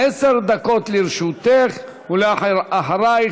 עשר דקות לרשותך, ואחרייך,